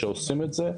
כשעושים את זה,